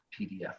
PDF